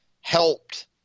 helped